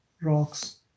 rocks